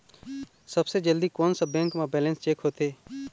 सबसे जल्दी कोन सा बैंक म बैलेंस चेक होथे?